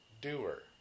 doer